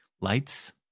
lights